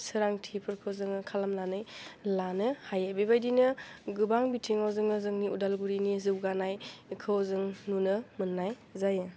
सोरांथिफोरखौ जोङो खालामनानै लानो हायो बेबायदिनो गोबां बिथिङाव जोङो जोंनि उदालगुरिनि जौगानाय बेखौ जों नुनो मोन्नाय जायो